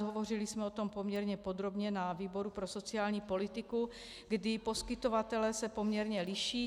Hovořili jsme o tom poměrně podrobně na výboru pro sociální politiku, kdy poskytovatelé se poměrně liší.